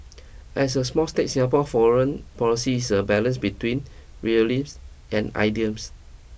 as a small state Singapore foreign policies is a balance between real lips and